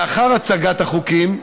לאחר הצגת החוקים,